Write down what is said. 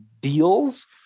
deals